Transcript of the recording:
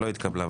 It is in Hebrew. לא התקבלה.